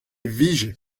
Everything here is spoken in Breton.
vije